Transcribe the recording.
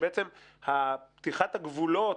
שלמעשה פתיחת הגבולות,